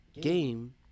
game